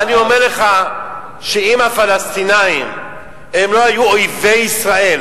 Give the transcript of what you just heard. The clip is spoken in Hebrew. אני אומר לך שאם הפלסטינים לא היו אויבי ישראל